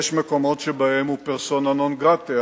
יש מקומות שבהם הוא פרסונה נון-גרטה,